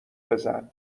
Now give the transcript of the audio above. بزن